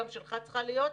גם שלך צריכה להיות,